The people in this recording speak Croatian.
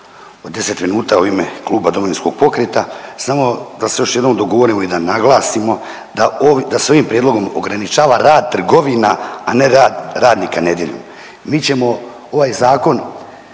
od 10 minuta u ime kluba Domovinskog pokreta samo da se još jednom dogovorimo i da naglasimo da se ovim prijedlogom ograničava rad trgovina, a ne radnika nedjeljom.